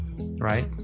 Right